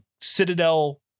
citadel